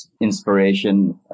inspiration